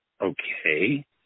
Okay